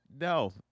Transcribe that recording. No